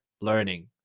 learning